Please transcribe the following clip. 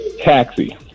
Taxi